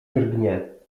drgnie